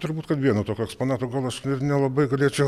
turbūt kad vieno tokio eksponato gal aš nelabai galėčiau